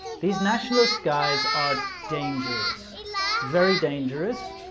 these nationalist guys are dangerous very dangerous.